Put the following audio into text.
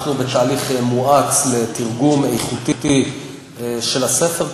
אנחנו בתהליך מואץ לתרגום איכותי של הספר,